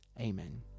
Amen